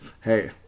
Hey